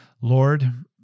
Lord